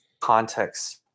context